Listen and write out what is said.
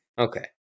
Okay